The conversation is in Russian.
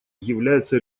является